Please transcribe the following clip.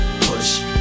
push